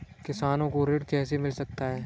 किसानों को ऋण कैसे मिल सकता है?